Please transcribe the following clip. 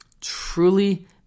truly